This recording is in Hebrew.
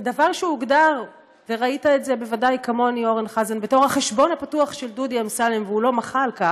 הוא לא מתנקם.